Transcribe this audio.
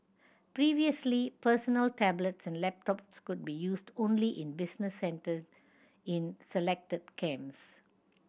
previously personal tablets and laptops could be used only in business centre in selected camps